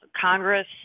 Congress